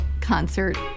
concert